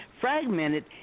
fragmented